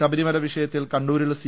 ശബരിമല വിഷ യത്തിൽ കണ്ണൂരിൽ സി